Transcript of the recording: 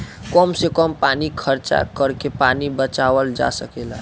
कम से कम पानी खर्चा करके पानी बचावल जा सकेला